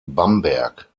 bamberg